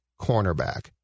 cornerback